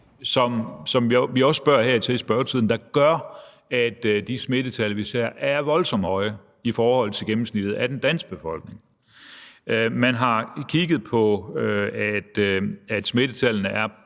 som vi også spørger ind til her i spørgetiden, der gør, at de smittetal, vi ser, er voldsomt høje i forhold til gennemsnittet for den øvrige befolkning i Danmark. Man har kigget på smittetallet for